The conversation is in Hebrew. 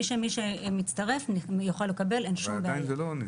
מי שמצטרף יכול לקבל, אין שום בעיה.